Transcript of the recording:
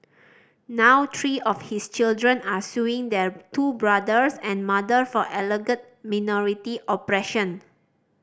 now three of his children are suing their two brothers and mother for alleged minority oppression